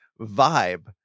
vibe